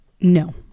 No